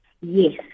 Yes